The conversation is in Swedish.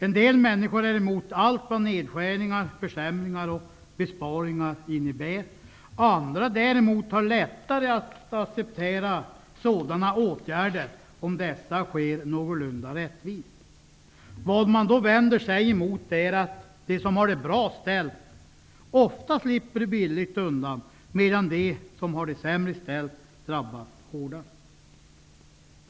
En del människor är emot allt vad nedskärningar, försämringar och besparingar innebär. Andra har däremot lättare att acceptera sådana åtgärder, om de sker någorlunda rättvist. Vad man vänder sig emot är att de som har de bra ställt ofta slipper billigt undan, medan de som har det sämre ställt drabbas hårdast.